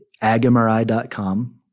agmri.com